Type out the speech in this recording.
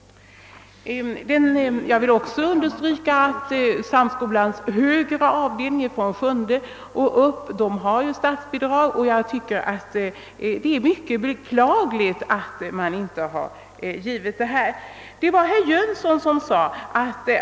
Jag vill också understryka att samskolans högre avdelning, från sjunde klassen och uppåt, har statsbidrag, och jag tycker att det är mycket beklagligt att man inte givit de lägre klasserna samma bidrag.